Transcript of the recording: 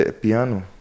piano